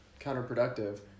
counterproductive